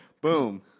Boom